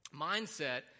mindset